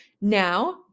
now